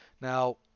Now